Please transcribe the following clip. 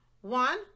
One